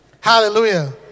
Hallelujah